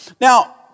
Now